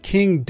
King